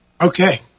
Okay